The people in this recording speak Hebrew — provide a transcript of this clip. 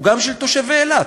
זה גם של תושבי אילת,